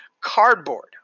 Cardboard